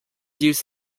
used